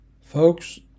Folks